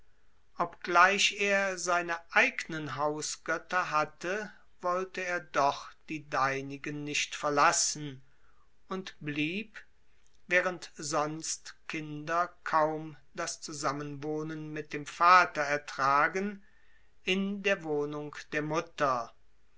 obgleich er seine eignen hausgötter hatte wollte er doch die deinigen nicht verlassen und blieb während kinder kaum das zusammenwohnen mit dem vater ertragen in der wohnung der mutter